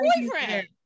boyfriend